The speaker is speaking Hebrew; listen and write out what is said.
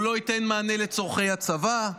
הוא לא ייתן מענה לצורכי הצבא,